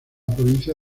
provincia